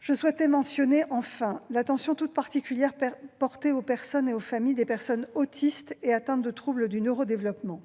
je souhaitais mentionner l'attention toute particulière portée aux personnes et aux familles des personnes autistes et atteintes de troubles du neuro-développement.